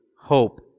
hope